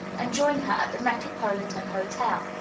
and join her at the metropolitan hotel.